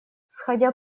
сходя